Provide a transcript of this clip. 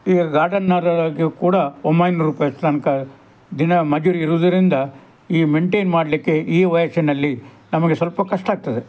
ಈಗ ಗಾರ್ಡನರ್ರವರಿಗೂ ಕೂಡ ಒಂಬೈನೂರು ರೂಪಾಯಿ ತನಕ ದಿನ ಮಜೂರಿ ಇರುವುದರಿಂದ ಈ ಮೇನ್ಟೈನ್ ಮಾಡಲಿಕ್ಕೆ ಈ ವಯಸ್ಸಿನಲ್ಲಿ ನಮಗೆ ಸ್ವಲ್ಪ ಕಷ್ಟ ಆಗ್ತದೆ